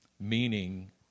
Meaning